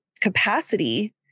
capacity